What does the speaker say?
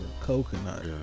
coconut